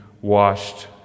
washed